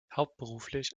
hauptberuflich